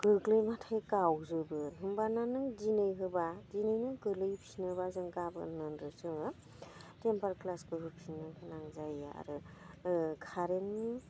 गोग्लैबाथाय गावजोबो होनबाना नों दिनै होबा दिनैनो गोग्लैफिनोबा जों गाबोननो जोङो टेमपार ग्लासखौ होफिननो गोनां जायो आरो कारेन्टनि